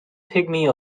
pygmy